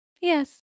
Yes